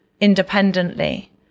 independently